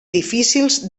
difícils